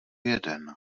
jeden